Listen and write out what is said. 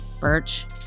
Birch